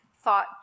thought